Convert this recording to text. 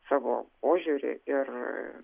savo požiūrį ir